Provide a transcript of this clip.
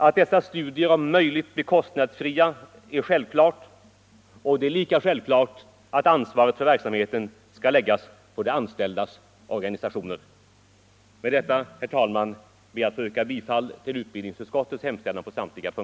Att dessa studier om möjligt blir kostnadsfria är självklart. Det är lika självklart att ansvaret 51 för verksamheten skall läggas på de anställdas organisationer. Beträffande yrkanden återkommer jag senare, herr talman.